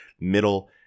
middle